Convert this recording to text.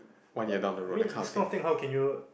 but I mean this kind of thing how can you